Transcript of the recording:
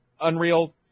Unreal